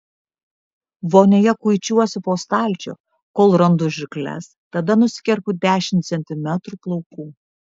vonioje kuičiuosi po stalčių kol randu žirkles tada nusikerpu dešimt centimetrų plaukų